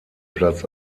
platz